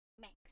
Max